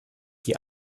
die